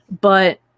but-